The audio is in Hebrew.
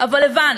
אבל הבנו,